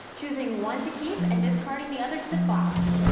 choosing one to keep and discarding the other to the box.